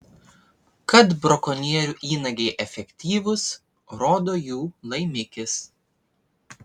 kad brakonierių įnagiai efektyvūs rodo jų laimikis